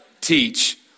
teach